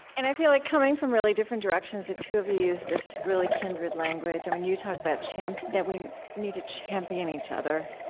and i feel like, coming from really different directions, the two of you use this really kindred language. um and you talk about that we need to champion each other.